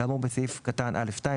כאמור בסעיף קטן (א)(2),